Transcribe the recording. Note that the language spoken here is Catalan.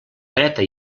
dreta